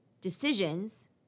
decisions